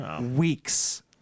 weeks